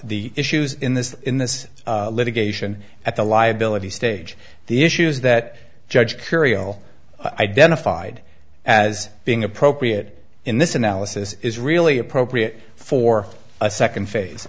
the issues in this in this litigation at the liability stage the issues that judge curial identified as being appropriate in this analysis is really appropriate for a second phase